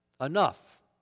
enough